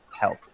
helped